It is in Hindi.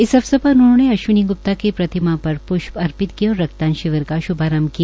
इस अवसर पर उन्होंने अश्वनी गुप्ता की प्रतिमा पर पृष्प अर्पित किए और रक्तदान शिविर का शुभारंभ किया